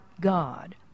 God